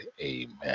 amen